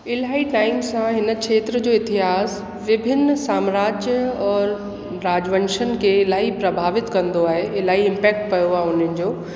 इलाही टाइम सां हिन क्षेत्र जो इतिहास विभिन्न साम्राज्य और राजवंशनि खे इलाही प्रभावित कंदो आहे इलाही इमपेक्ट कयो उन्हनि जो